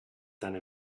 tant